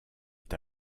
est